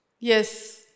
Yes